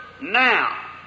now